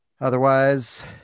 Otherwise